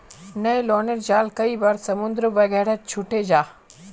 न्य्लोनेर जाल कई बार समुद्र वगैरहत छूटे जाह